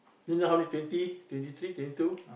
you know how many twenty twenty three twenty two